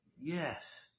Yes